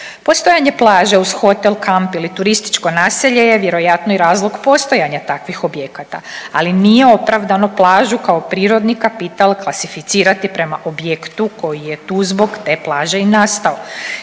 Postojanje plaže uz hotel, kamp ili turističko naselje je vjerojatno i razlog postojanja takvih objekata, ali nije opravdano plažu kao prirodni kapital klasificirati prema objektu koji je tu zbog te plaže i nastao.